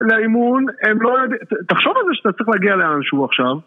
לאימון, הם לא יודעים, תחשוב על זה שאתה צריך להגיע לאנשהוא עכשיו